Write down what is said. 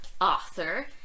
author